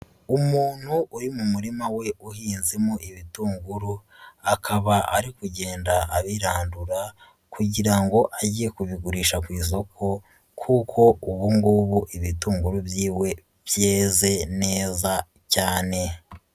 Umuntu uri mu murima we uhinzemo ibitunguru, akaba ari kugenda abirandura kugira ngo ajye kubigurisha ku isoko kuko ubu ngubu ibitunguru byiwe byeze neza cyane.